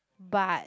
but